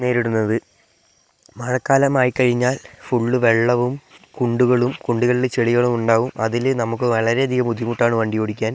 നേരിടുന്നത് മഴക്കാലമായി കഴിഞ്ഞാൽ ഫുള്ള് വെള്ളവും കുണ്ടുകളും കുണ്ടുകളിൽ ചെളികളും ഉണ്ടാവും അതില് നമുക്ക് വളരെയധികം ബുദ്ധിമുട്ടാണ് വണ്ടി ഓടിക്കാൻ